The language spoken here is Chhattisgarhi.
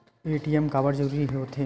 ए.टी.एम काबर जरूरी हो थे?